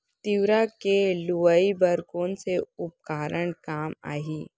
तिंवरा के लुआई बर कोन से उपकरण काम आही?